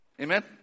Amen